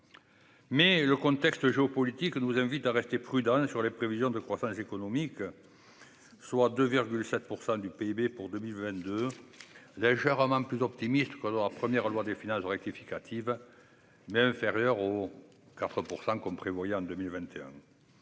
le contexte géopolitique nous invite à rester prudents sur les prévisions de croissance économique, soit +2,7 % du PIB pour 2022, légèrement plus optimistes que lors de la première loi de finances rectificative, mais inférieures aux +4 % prévus en 2021.